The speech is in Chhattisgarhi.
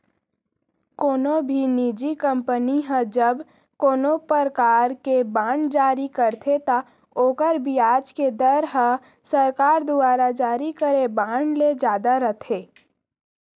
कोनो भी निजी कंपनी ह जब कोनों परकार के बांड जारी करथे त ओकर बियाज के दर ह सरकार दुवारा जारी करे बांड ले जादा रथे